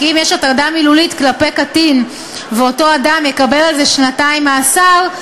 כי אם יש הטרדה מילולית כלפי קטין ואותו אדם יקבל על זה שנתיים מאסר,